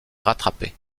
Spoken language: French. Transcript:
rattraper